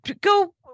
go